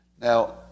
Now